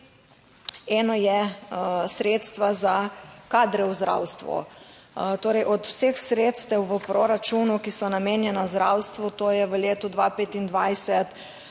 Eno je sredstva za kadre v zdravstvu. Torej od vseh sredstev v proračunu, ki so namenjena zdravstvu, to je v letu 2025